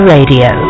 Radio